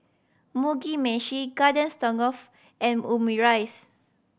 Mugi Meshi Garden Stroganoff and Omurice